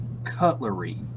cutlery